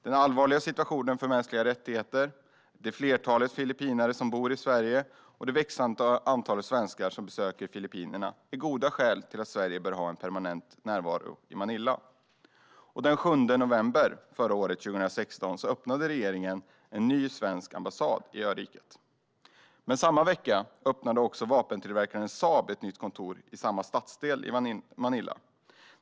Den allvarliga situationen gällande mänskliga rättigheter, de filippinier som bor i Sverige och det växande antal svenskar som besöker Filippinerna är goda skäl till att Sverige bör ha en permanent närvaro i Manila, och den 7 november 2016 öppnade regeringen en ny svensk ambassad i öriket. Samma vecka öppnade dock även vapentillverkaren Saab ett nytt kontor i samma stadsdel i Manila.